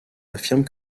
affirme